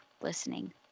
listening